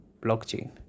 blockchain